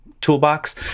toolbox